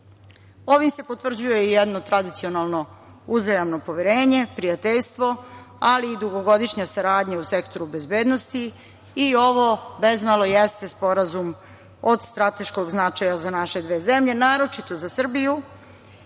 se potvrđuje i jedno tradicionalno uzajamno poverenje, prijateljstvo, ali i dugogodišnja saradnja u sektoru bezbednosti i ovo bezmalo jeste Sporazum od strateškog značaja za naše dve zemlje, naročito za Srbiju